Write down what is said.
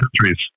countries